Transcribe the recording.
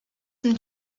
some